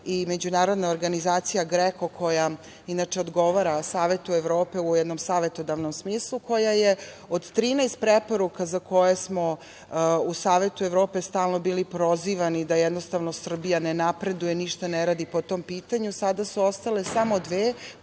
i Međunarodna organizacija GREKO, koja inače odgovara Savetu Evrope u jednom savetodavnom smislu, koja je od 13 preporuka, za koje smo u Savetu Evrope stalno bili prozivani da, jednostavno, Srbija ne napreduje, ništa ne radi po tom pitanju, sada su ostale samo dve